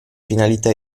finalità